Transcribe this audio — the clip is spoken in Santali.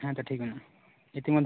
ᱦᱮᱸᱛᱳ ᱴᱷᱤᱠ ᱢᱮᱱᱟᱜᱼᱟ